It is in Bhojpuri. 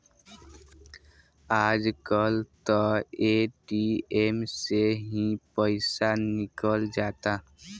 आज कल त ए.टी.एम से ही पईसा निकल जाता